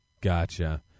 Gotcha